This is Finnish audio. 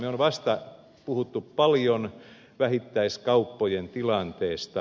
me olemme vasta puhuneet paljon vähittäiskauppojen tilanteesta